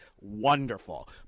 wonderful